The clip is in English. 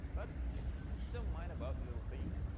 but dont mind about little things.